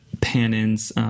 pan-ins